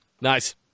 Nice